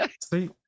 See